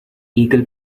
eagle